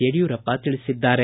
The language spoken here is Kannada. ಯಡಿಯೂರಪ್ಪ ತಿಳಿಸಿದ್ದಾರೆ